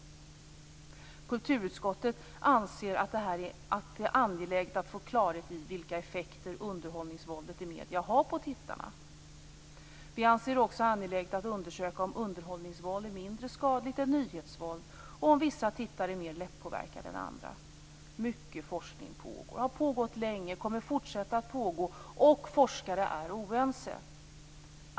Kulturutskottet anser att det är angeläget att få klarhet i vilka effekter underhållningsvåldet i medierna har på tittarna. Vi anser också att det är angeläget att undersöka om underhållningsvåld är mindre skadligt än nyhetsvåld och om vissa tittare är mer lättpåverkade än andra. Mycket forskning pågår, har pågått länge och kommer att fortsätta att pågå, och forskare är oense.